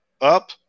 up